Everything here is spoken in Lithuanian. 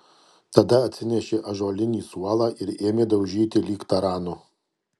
tada atsinešė ąžuolinį suolą ir ėmė daužyti lyg taranu